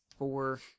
Four